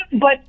but-